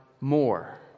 more